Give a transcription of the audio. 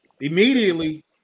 Immediately